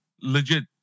legit